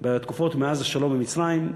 פעמים מאז השלום עם מצרים,